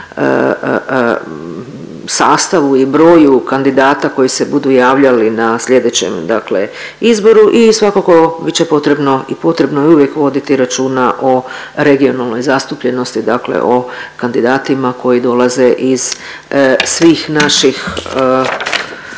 sastavu i broju kandidata koji se budu javljali na sljedećem izboru. I svakako bit će potrebno i potrebno je uvijek voditi računa o regionalnoj zastupljenosti o kandidatima koji dolaze iz svih naših